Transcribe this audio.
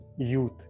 youth